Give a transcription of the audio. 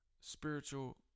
Spiritual